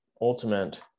ultimate